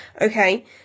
okay